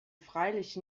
freilich